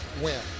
win